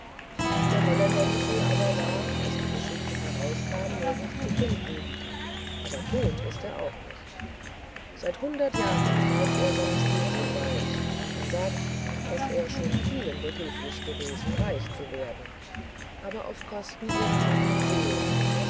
der holländer michel war aber als die geschichte herauskam nirgends zu finden aber tot ist er auch nicht seit hundert jahren treibt er seinen spuk im wald und man sagt daß er schon vielen behülflich gewesen sei reich zu werden aber auf kosten ihrer armen seele